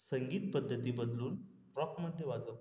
संगीत पद्धती बदलून रॉकमध्ये वाजव